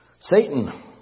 Satan